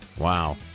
Wow